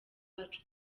wacu